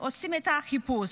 עושים חיפוש.